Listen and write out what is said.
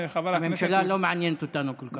הממשלה לא מעניינת אותנו כל כך.